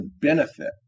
benefit